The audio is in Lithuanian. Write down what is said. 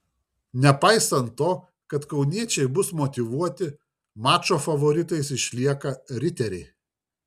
nepaisant to kad kauniečiai bus motyvuoti mačo favoritais išlieka riteriai